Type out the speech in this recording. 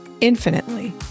infinitely